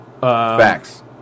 Facts